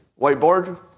Whiteboard